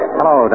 Hello